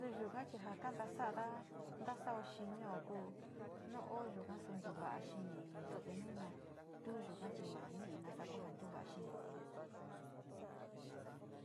Tu yuga chi jaa kanta sa’ada, ndasao xinio ku nu oo yuga su ntuva´a xiniyo te nu ña, tu yuga ma ni´i nasa kuja ntuva´a xinio.